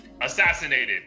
assassinated